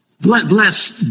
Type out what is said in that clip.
Bless